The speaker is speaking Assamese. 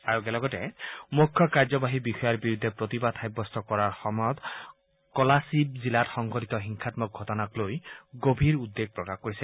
আয়োগে লগতে মূখ্য কাৰ্যবাহী বিষয়াৰ বিৰুদ্ধে প্ৰতিবাদ সাব্যস্ত কৰাৰ সময়ত কলাছিব জিলাত সংঘটিত হিংসান্মক ঘটনাক লৈ গভীৰ উদ্বেগ প্ৰকাশ কৰিছে